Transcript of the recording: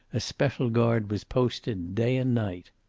a special guard was posted, day and night.